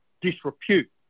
disrepute